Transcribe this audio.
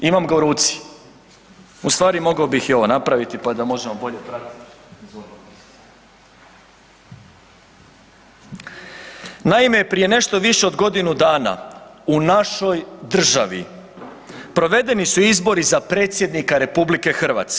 Imam ga u ruci, ustvari mogao bih i ovo napraviti pa da možemo bolje ... [[Govornik se ne čuje.]] Naime, prije nešto više od godinu dana, u našoj državi, provedeni su izbori za Predsjednika RH.